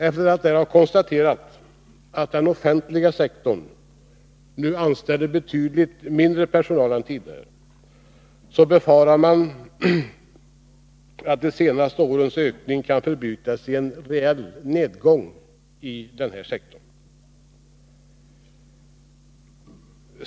Efter att bl.a. ha konstaterat att den offentliga sektorn nu anställer betydligt mindre personal än tidigare, befarar man att de senaste årens ökning nu kan förbytas till en reell nedgång i denna sektor.